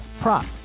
prop